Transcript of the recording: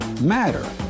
matter